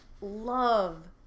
love